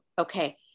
okay